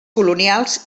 colonials